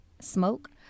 smoke